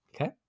okay